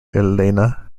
elena